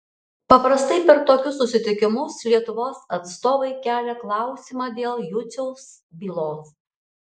paprastai per tokius susitikimus lietuvos atstovai kelia klausimą dėl juciaus bylos